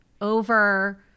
over